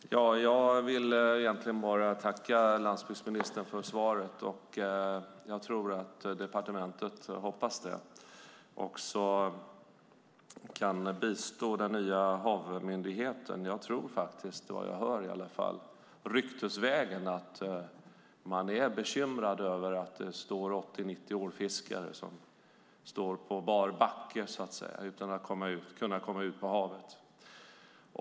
Herr talman! Jag vill egentligen bara tacka landsbygdsministern för svaret. Jag hoppas att departementet kan bistå den nya myndigheten HaV. Jag hör i alla fall ryktesvägen att man är bekymrad över att 80-90 ålfiskare står på bar backe utan att kunna komma ut på havet.